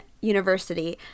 university